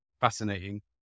fascinating